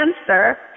answer